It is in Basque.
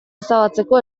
ezabatzeko